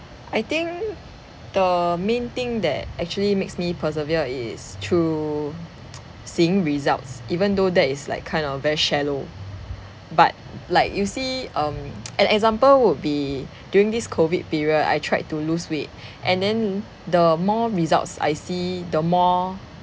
I think the main thing that actually makes me persevere is through seeing results even though that is like kind of very shallow but like you see um an example would be like during this COVID period I tried to lose weight and then the more results I see the more